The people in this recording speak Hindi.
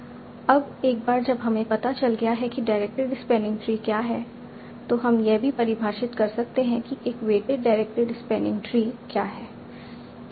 अब एक बार जब हमें पता चल गया कि डायरेक्टेड स्पैनिंग ट्री क्या है तो हम यह भी परिभाषित कर सकते हैं कि एक वेटेड डायरेक्टेड स्पैनिंग ट्री क्या हैं